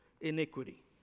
iniquity